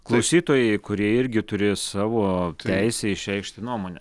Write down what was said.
klausytojai kurie irgi turės savo teisę išreikšti nuomonę